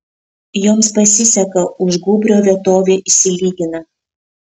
joms pasiseka už gūbrio vietovė išsilygina